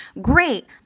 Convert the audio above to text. great